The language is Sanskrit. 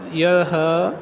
यः